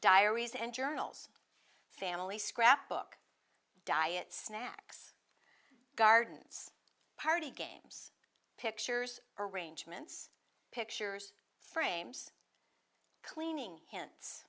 diaries and journals family scrapbook diet snacks gardens party games pictures arrangements pictures frames cleaning h